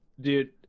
Dude